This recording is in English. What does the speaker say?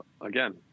again